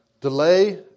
delay